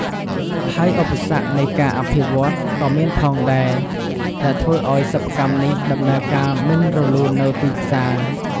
ហើយឧបសគ្គ នៃការអភិវឌ្ឍន៍ ក៏មានផងដែរ ដែលធ្វើអោយសិប្បកម្មនេះ ដំណើរការមិនរលូននៅទីផ្សារ។